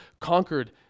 conquered